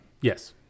Yes